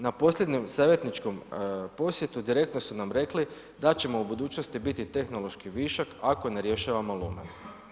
Na posljednjem savjetničkom posjetu, direktno su nam rekli da ćemo u budućnosti biti tehnološki višak ako ne rješavamo lumene.